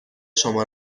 شما